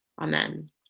Amen